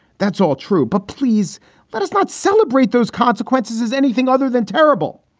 that's all true. but please let us not celebrate those consequences as anything other than terrible.